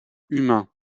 humain